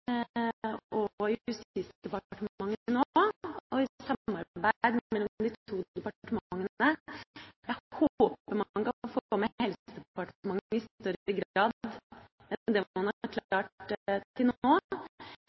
likestillingsdepartementet og Justisdepartementet nå, og i samarbeid mellom de to departementene. Jeg håper man kan få med Helsedepartementet i større grad enn det man har klart til nå. Dette arbeidet tror jeg kommer til å